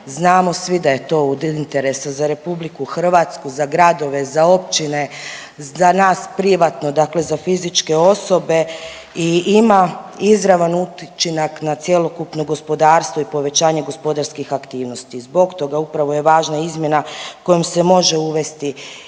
Znamo svi da je to od interesa za RH, za gradove, za općine, za nas privatno, dakle za fizičke osobe i ima izravan učinak na cjelokupno gospodarstvo i povećanje gospodarskih aktivnosti. Zbog toga upravo je važna izmjena kojom se može uvesti